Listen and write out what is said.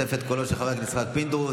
בתוספת קולה של חברת הכנסת יסמין.